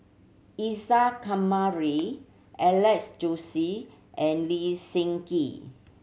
Isa Kamari Alex Josey and Lee Seng Gee